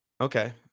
Okay